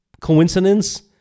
coincidence